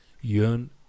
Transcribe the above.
yearn